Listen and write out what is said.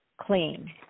clean